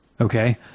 Okay